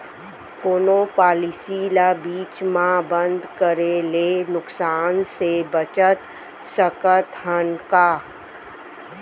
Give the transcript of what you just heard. कोनो पॉलिसी ला बीच मा बंद करे ले नुकसान से बचत सकत हन का?